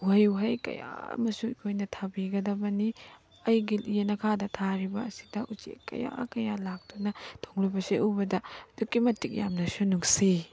ꯎꯍꯩ ꯋꯥꯍꯩ ꯀꯌꯥ ꯑꯃꯁꯨ ꯑꯩꯈꯣꯏꯅ ꯊꯥꯕꯤꯒꯗꯕꯅꯤ ꯑꯩꯒꯤ ꯌꯦꯅꯈꯥꯗ ꯊꯥꯔꯤꯕ ꯑꯁꯤꯗ ꯎꯆꯦꯛ ꯀꯌꯥ ꯀꯌꯥ ꯂꯥꯛꯇꯨꯅ ꯇꯣꯡꯂꯤꯕꯁꯦ ꯎꯕꯗ ꯑꯗꯨꯛꯀꯤ ꯃꯇꯤꯛ ꯌꯥꯝꯅꯁꯨ ꯅꯨꯡꯁꯤ